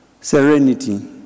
serenity